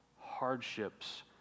hardships